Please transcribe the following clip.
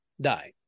die